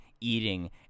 eating